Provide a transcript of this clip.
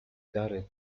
dary